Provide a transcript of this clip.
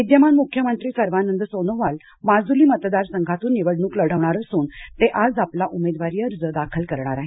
विद्यमान मुख्यमंत्री सर्वानंद सोनोवाल माजूली मतदारसंघातून निवडणूक लढवणार असून ते आज आपला उमेदवारी अर्ज दाखल करणार आहेत